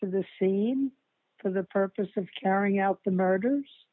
to the scene for the purpose of carrying out the murders